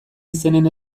izenen